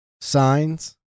signs